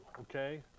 Okay